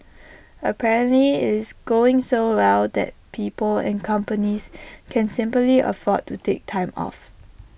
apparently IT is going so well that people and companies can simply afford to take time off